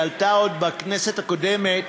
היא עלתה עוד בכנסת הקודמת,